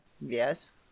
Yes